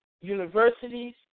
universities